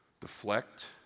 Deflect